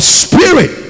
spirit